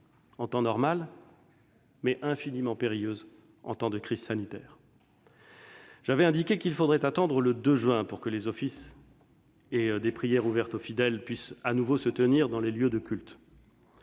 en temps normal, mais infiniment périlleuse en temps de crise sanitaire. J'avais indiqué qu'il faudrait attendre le 2 juin pour que les offices et les prières ouvertes aux fidèles puissent de nouveau se tenir dans les lieux de culte.